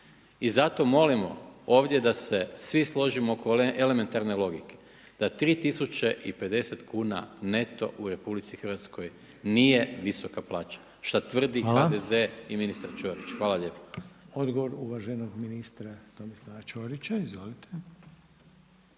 I zato molimo ovdje da se svi složimo oko elementarne logike da 3050 kuna neto u Republici Hrvatskoj nije visoka plaća šta tvrdi HDZ i ministar Ćorić. Hvala lijepa. **Reiner, Željko (HDZ)** Hvala. Odgovor uvaženog ministra Tomislava Ćorića. Izvolite.